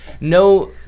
no